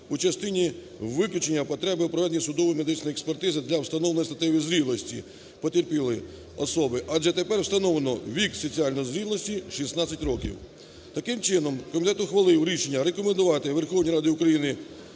у частині виключення потреби в проведенні судово-медичної експертизи для встановлення статевої зрілості потерпілої особи, адже тепер встановлено вік соціальної зрілості – 16 років. Таким чином, комітет ухвалив рішення рекомендувати Верховній Ради України